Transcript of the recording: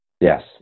Yes